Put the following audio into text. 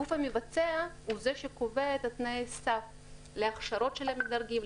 הגוף המבצע הוא זה שקובע את תנאי הסף להכשרות של המדרגים,